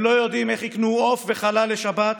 הם לא יודעים איך יקנו עוף וחלה לשבת,